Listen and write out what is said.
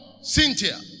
Cynthia